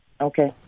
Okay